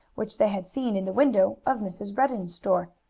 which they had seen in the window of mrs. redden's store.